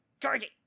Georgie